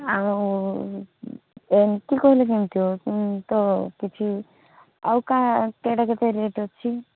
ଆଉ ଏମିତି କହିଲେ କେମିତି ହେବ ପୁଣି ତ କିଛି ଆଉ କା କେଏଟା କେତେ ରେଟ୍ ଅଛି